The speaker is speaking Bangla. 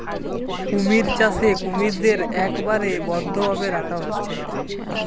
কুমির চাষে কুমিরদের একবারে বদ্ধ ভাবে রাখা হচ্ছে